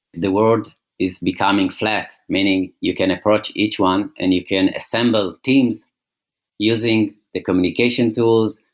the world is becoming flat. meaning, you can approach each one and you can assemble teams using the communication tools,